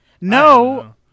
No